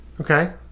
Okay